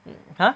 mm !huh!